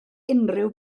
unrhyw